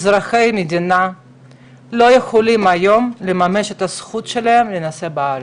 אזרחי המדינה לא יכולים היום לממש את הזכות שלהם להינשא בארץ,